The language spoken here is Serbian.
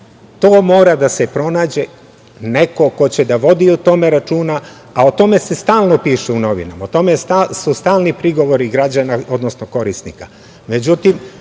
mora da se pronađe neko ko će da vodi o tome računa, a tome se stalno piše u novinama. O tome su stalni prigovori građana, odnosno korisnika,